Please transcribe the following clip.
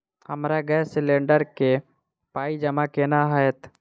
हमरा gas cylinder केँ पाई जमा केना हएत?